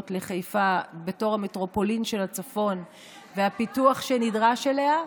לחיפה בתור המטרופולין של הצפון והפיתוח שנדרש לה,